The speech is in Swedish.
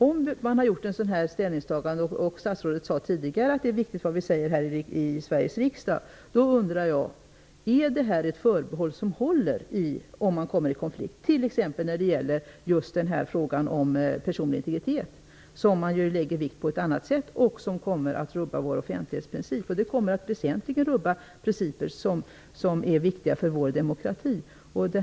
Om man gör ett sådant ställningstagande -- statsrådet sade tidigare att det som vi säger här i Sveriges riksdag är viktigt -- håller då ett sådant förbehåll vid en eventuell konflikt, t.ex. när det gäller just frågan om personlig integritet? Det är en fråga som man lägger stor vikt vid och som väsentligen kan komma att rubba vår offentlighetsprincip och andra principer som är viktiga för vår demokrati.